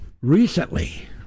Recently